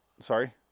sorry